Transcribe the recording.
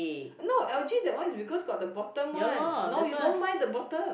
no L_G that one is because got the bottom one no you don't buy the bottom